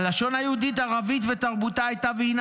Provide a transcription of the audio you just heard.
הלשון היהודית-ערבית ותרבותה הייתה והינה